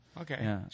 okay